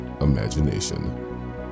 imagination